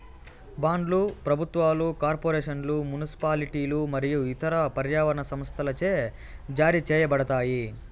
బాండ్లు ప్రభుత్వాలు, కార్పొరేషన్లు, మునిసిపాలిటీలు మరియు ఇతర పర్యావరణ సంస్థలచే జారీ చేయబడతాయి